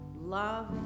love